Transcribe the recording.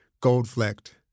gold-flecked